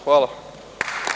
Hvala.